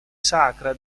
sacra